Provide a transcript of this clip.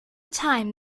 time